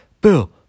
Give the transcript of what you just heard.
Bill